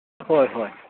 ꯍꯣꯏ ꯍꯣꯏ